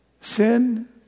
sin